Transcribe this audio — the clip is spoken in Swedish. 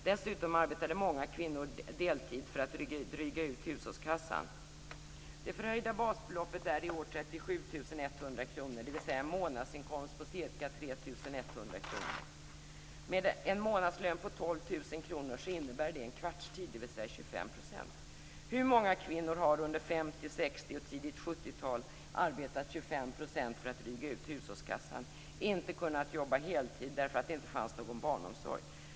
Dessutom arbetade många kvinnor deltid för att dryga ut hushållskassan. 12 000 kr innebär det en kvartstid, dvs. 25 %. Hur många kvinnor har under 50-, 60 och tidigt 70-tal arbetat 25 % för att dryga ut hushållskassan och inte kunnat jobba heltid därför att det inte fanns någon barnomsorg?